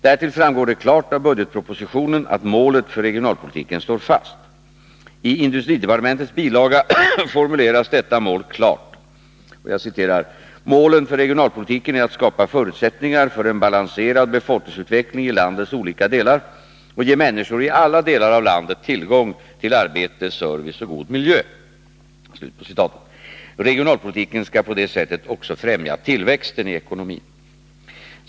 Därtill framgår det klart av budgetpropositionen att målet för regionalpolitiken står fast. I industridepartementets bilaga formuleras detta mål klart: ”Målen för regionalpolitiken är att skapa förutsättningar för en balanserad befolkningsutveckling i landets olika delar och ge människor i alla delar av landet tillgång till arbete, service och god miljö.” Regionalpolitiken skall på det sättet också främja tillväxten i ekonomin.